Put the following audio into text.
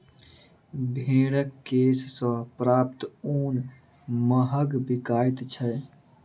भेंड़क केश सॅ प्राप्त ऊन महग बिकाइत छै